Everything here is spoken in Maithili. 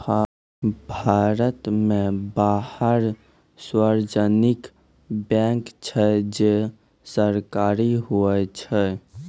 भारत मे बारह सार्वजानिक बैंक छै जे सरकारी हुवै छै